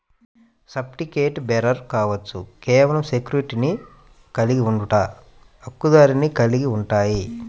సర్టిఫికెట్లుబేరర్ కావచ్చు, కేవలం సెక్యూరిటీని కలిగి ఉండట, హక్కుదారుని కలిగి ఉంటాయి,